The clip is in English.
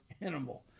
animal